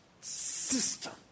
system